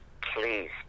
please